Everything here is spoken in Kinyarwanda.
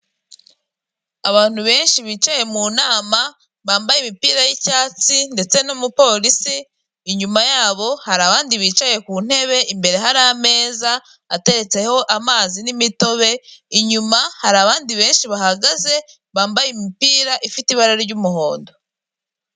Abantu benshi bicaye mu nama, bambaye imipira y'icyatsi, ndetse n'umupolisi, inyuma yabo hari abandi bicaye ku ntebe, imbere hari ameza ateretseho amazi n'imitobe, inyuma hari abandi benshi bahagaze, bambaye imipira ifite ibara ry'umuhondo.